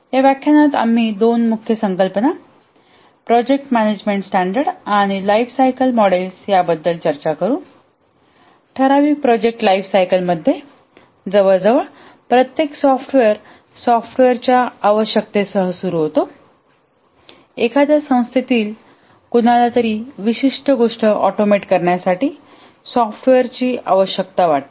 या व्याख्यानात आम्ही दोन मुख्य संकल्पना प्रोजेक्ट मॅनेजमेंट स्टॅंडर्ड आणि लाईफ सायकल मॉडेल्स याबद्दल चर्चा करू ठराविक प्रोजेक्ट लाइफ सायकल मध्ये जवळजवळ प्रत्येक सॉफ्टवेअर सॉफ्टवेअरच्या आवश्यकतेसह सुरू होतो एखाद्या संस्थेतील कुणालातरी विशिष्ट गोष्टी ऑटोमेट करण्यासाठी सॉफ्टवेअरची आवश्यकता वाटते